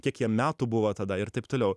kiek jam metų buvo tada ir taip toliau